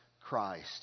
Christ